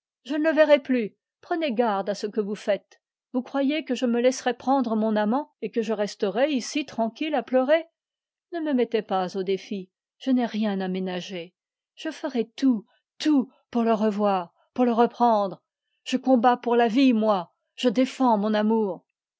je ne le verrai plus prenez garde à ce que vous faites vous croyez que je me laisserai prendre mon amant et que je resterai ici tranquille à pleurer ne me mettez pas au défi je n'ai rien à ménager je ferai tout tout pour le revoir pour le reprendre je combats pour la vie moi je défends mon amour